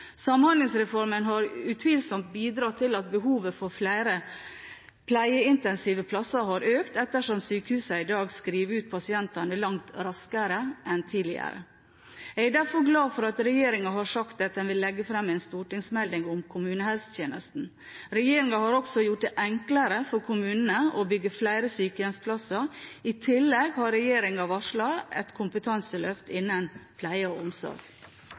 Samhandlingsreformen trådte i kraft. Samhandlingsreformen har utvilsomt bidratt til at behovet for flere pleieintensive plasser har økt, ettersom sykehusene i dag skriver ut pasientene langt raskere enn tidligere. Jeg er derfor glad for at regjeringen har sagt at den vil legge fram en stortingsmelding om kommunehelsetjenesten. Regjeringen har også gjort det enklere for kommunene å bygge flere sykehjemsplasser. I tillegg har regjeringen varslet et kompetanseløft innen pleie og omsorg.